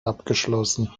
abgeschlossen